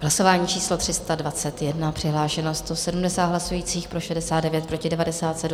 Hlasování číslo 321, přihlášeno 170 hlasujících, pro 69, proti 97.